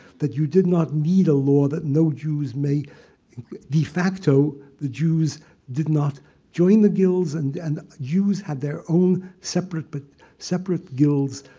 that you did not need a law that no jews may de factor the jews did not join the guilds and and jews had their own separate but separate guilds.